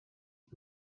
and